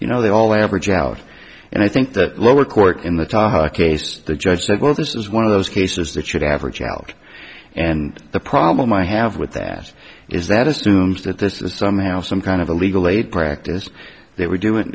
you know they all average out and i think that lower court in the case the judge said well this is one of those cases that should average out and the problem i have with that is that assumes that this is somehow some kind of a legal aid practice they were doing